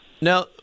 Now